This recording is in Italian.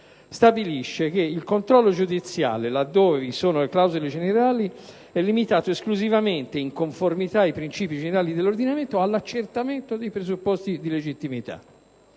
stabilisce che «il controllo giudiziale», laddove vi siano le clausole generali, «è limitato esclusivamente, in conformità ai principi generali dell'ordinamento, all'accertamento del presupposto di legittimità».